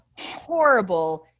horrible